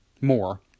more